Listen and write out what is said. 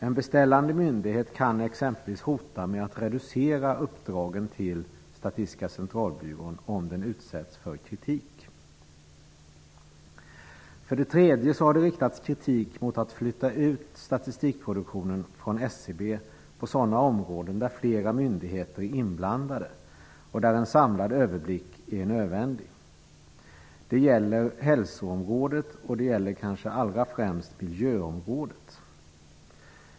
En beställande myndighet kan exempelvis hota med att reducera uppdragen till Statistiska centralbyrån, om den utsätts för kritik. För det tredje har det riktats kritik mot att flytta ut statistikproduktionen från SCB på sådana områden där flera myndigheter är inblandade och där en samlad överblick är nödvändig. Det gäller hälsoområdet, och det gäller kanske allra främst miljöområdet.